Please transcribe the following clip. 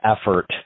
effort